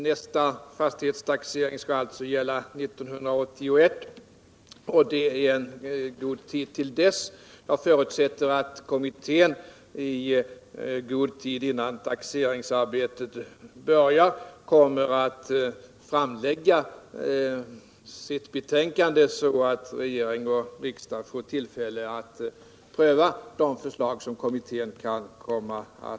Nästa fastighetstaxering skall alltså gälla 1981, och det är gott om tid till dess. Jag förutsätter att kommittén i god tid före taxeringsarbetets början kommer att framlägga sitt förslag, så att regering och riksdag får tillfälle att pröva det.